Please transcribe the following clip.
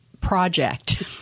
project